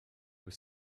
were